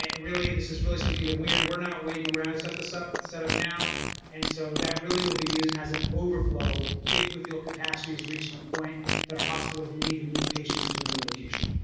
ah really this is really something that we're we're not waiting around to set this up, it's set up now and so that really will be used as an overflow if we feel capacity is reaching a point that our hospitals need to move patients to another location.